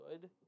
good